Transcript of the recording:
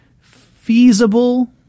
feasible